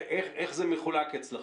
איך זה מחולק אצלכם?